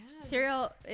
Cereal